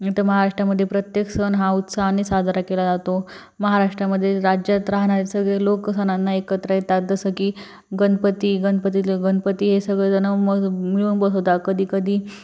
तर महाराष्ट्रामध्ये प्रत्येक सण हा उत्साहाने साजरा केला जातो महाराष्ट्रामध्ये राज्यात राहणारे सगळे लोक सणांना एकत्र येतात जसं की गणपती गणपतीला गणपती हे सगळेजणं म मिळून बसवतात कधीकधी